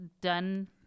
done